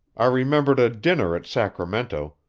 i remembered a dinner at sacramento,